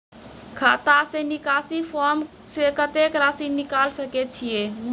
खाता से निकासी फॉर्म से कत्तेक रासि निकाल सकै छिये?